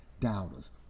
Doubters